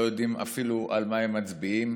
לא יודעים אפילו על מה הם מצביעים.